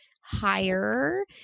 higher